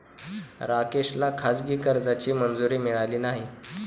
राकेशला खाजगी कर्जाची मंजुरी मिळाली नाही